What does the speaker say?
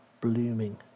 blooming